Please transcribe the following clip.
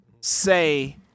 say